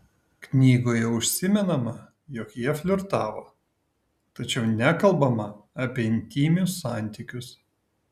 knygoje užsimenama jog jie flirtavo tačiau nekalbama apie intymius santykius